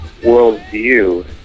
worldview